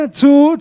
two